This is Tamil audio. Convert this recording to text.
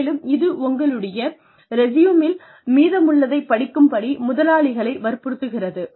மேலும் இது உங்களுடைய ரெஸியூமீள் மீதமுள்ளதைப் படிக்கும் படி முதலாளிகளை வற்புறுத்துகிறது